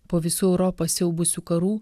po visų europą siaubusių karų